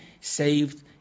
saved